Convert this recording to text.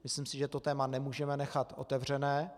Myslím si, že to téma nemůžeme nechat otevřené.